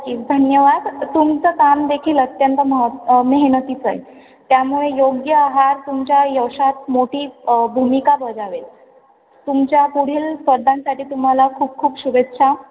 नक्कीच धन्यवाद तुमचं कामदेखील अत्यंत मह मेहनतीचं आहे त्यामुळे योग्य आहार तुमच्या यशात मोठी भूमिका बजावेल तुमच्या पुढील स्पर्धांसाठी तुम्हाला खूप खूप शुभेच्छा